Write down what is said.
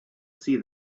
see